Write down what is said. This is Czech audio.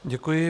Děkuji.